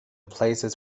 places